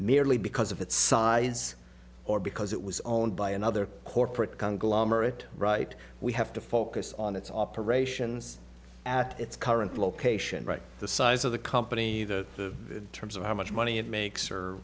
merely because of its size or because it was owned by another corporate conglomerates right we have to focus on its operations at its current location right the size of the company the terms of how much money it makes or